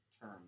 term